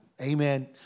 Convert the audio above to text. Amen